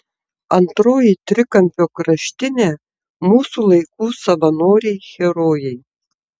antroji trikampio kraštinė mūsų laikų savanoriai herojai